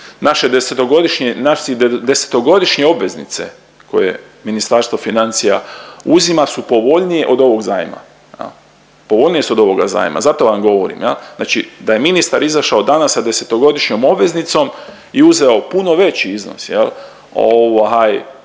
Naše desetogodišnje obveznice koje Ministarstvo financija uzima su povoljnije od ovog zajma, povoljnije su od ovoga zajma zato vam govorim. Znači da je ministar izašao danas sa desetogodišnjom obveznicom i uzeo puno veći iznos,